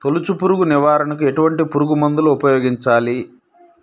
తొలుచు పురుగు నివారణకు ఎటువంటి పురుగుమందులు ఉపయోగించాలి?